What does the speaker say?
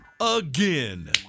again